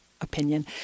opinion